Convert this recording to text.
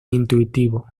intuitivo